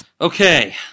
Okay